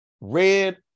red